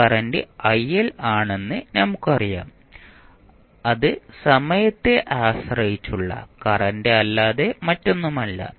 ഈ കറന്റ് ആണെന്ന് നമുക്കറിയാം അത് സമയത്തെ ആശ്രയിച്ചുള്ള കറന്റ് അല്ലാതെ മറ്റൊന്നുമല്ല